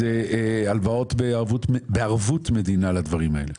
וזה הלוואות בערבות מדינה לדברים האלה.